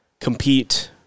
compete